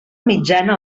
mitjana